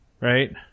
right